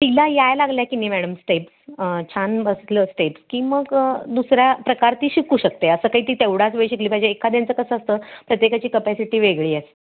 तिला याय लागला की नाही मॅडम स्टेप्स छान बसलं स्टेप्स की मग दुसरा प्रकार ती शिकू शकते असं काही ती तेवढाच वेळ शिकली पाहिजे एखाद्यांचं कसं असतं प्रत्येकाची कपॅसिटी वेगळी असते